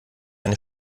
eine